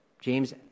James